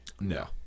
No